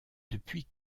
depuis